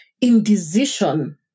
indecision